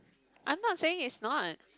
I'm not saying is not